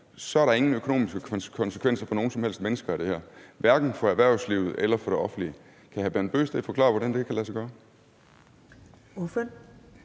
er der ingen økonomiske konsekvenser for nogen som helst i forbindelse med det her, hverken for erhvervslivet eller for det offentlige. Kan hr. Bent Bøgsted forklare, hvordan det kan lade sig gøre?